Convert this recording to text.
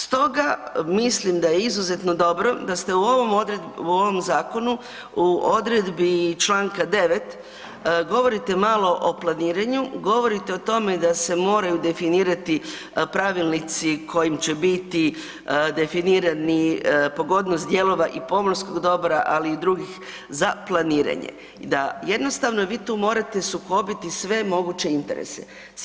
Stoga mislim da je izuzetno dobro da ste u ovom zakonu u odredbi čl. 9 govorite malo o planiranju, govorite o tome da se moraju definirati pravilnici kojim će bit definirani pogodnost dijelova i pomorskog dobra, ali i drugih za planiranje, da jednostavno vi tu morate sukobiti sve moguće interese.